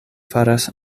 faras